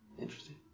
interesting